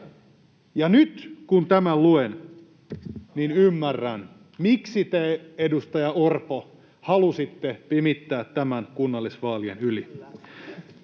Zyskowicz: Se on tässä!] miksi te, edustaja Orpo, halusitte pimittää tämän kunnallisvaalien yli.